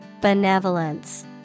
Benevolence